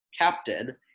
Captain